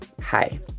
Hi